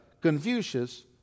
Confucius